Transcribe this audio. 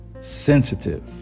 sensitive